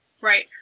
Right